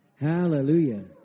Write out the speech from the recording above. hallelujah